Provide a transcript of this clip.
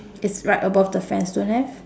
it's right above the fans don't have